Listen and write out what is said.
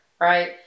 Right